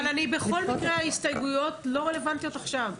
אבל בכל מקרה ההסתייגויות לא רלוונטיות עכשיו,